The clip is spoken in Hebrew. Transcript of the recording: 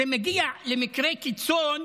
זה מגיע למקרי קיצון.